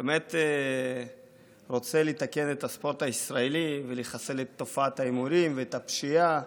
באמת רוצה לתקן את הספורט הישראלי ולחסל את תופעת ההימורים ואת הפשיעה.